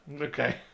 Okay